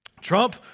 Trump